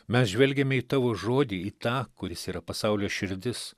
mes žvelgiame į tavo žodį į tą kuris yra pasaulio širdis